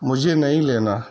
مجھے نہیں لینا